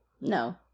No